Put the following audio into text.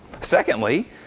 Secondly